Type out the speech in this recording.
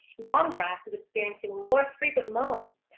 long grass is experiencing more frequent mowings,